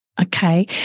Okay